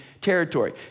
territory